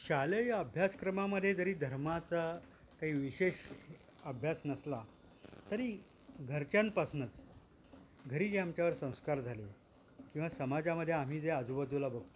शालेय अभ्यासक्रमामध्ये जरी धर्माचा काही विशेष अभ्यास नसला तरी घरच्यांपासूनच घरी जी आमच्यावर संस्कार झाले किंवा समाजामध्ये आम्ही जे आजूबाजूला बघतो